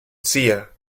cía